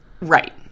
Right